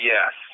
Yes